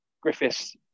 Griffiths